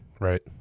right